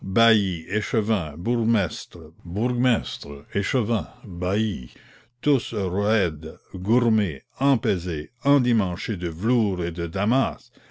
bourgmestres bourgmestres échevins baillis tous roides gourmés empesés endimanchés de velours et de damas